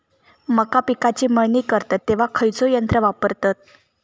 मका पिकाची मळणी करतत तेव्हा खैयचो यंत्र वापरतत?